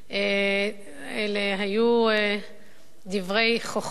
אלה היו דברי חוכמה,